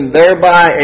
thereby